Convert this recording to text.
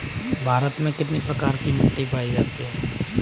भारत में कितने प्रकार की मिट्टी पायी जाती है?